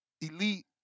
elite